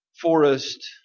forest